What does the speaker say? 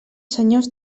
senyors